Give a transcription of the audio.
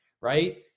Right